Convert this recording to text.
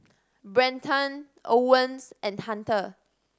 Brenton Owens and Hunter